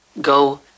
Go